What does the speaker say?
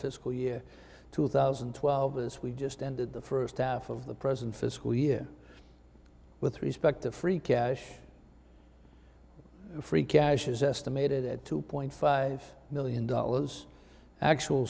fiscal year two thousand and twelve as we just ended the first half of the present fiscal year with respect to free cash free cash is estimated at two point five million dollars actual